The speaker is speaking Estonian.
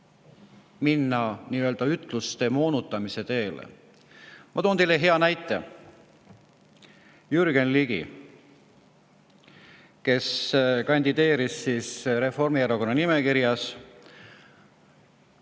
minna nii-öelda ütluste moonutamise teele. Ma toon teile hea näite. Jürgen Ligi, kes kandideeris Reformierakonna nimekirjas,